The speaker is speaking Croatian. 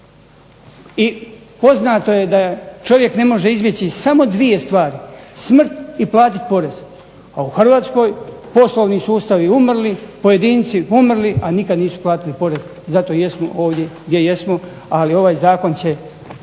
I poznato je da čovjek ne može izbjeći samo dvije stvari: smrt i platit porez, a u Hrvatskoj poslovni sustavi umrli, pojedinci umrli, a nikad nisu platili porez. Zato i jesmo ovdje gdje jesmo, ali ovaj zakon će